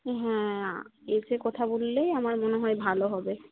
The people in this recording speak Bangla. হ্যাঁ এসে কথা বললেই আমার মনে হয় ভালো হবে